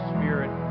Spirit